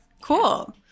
Cool